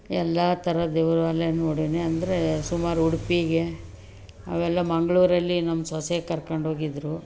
ಎಲ್ಲ ಥರ ದೇವಾಲಯ ನೋಡಿವ್ನಿ ಅಂದರೆ ಸುಮಾರು ಉಡುಪಿಗೆ ಅವೆಲ್ಲ ಮಂಗಳೂರಲ್ಲಿ ನಮ್ಮ ಸೊಸೆ ಕರ್ಕೊಂಡೋಗಿದ್ರು